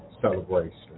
celebration